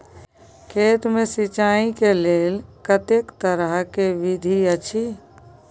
खेत मे सिंचाई के लेल कतेक तरह के विधी अछि?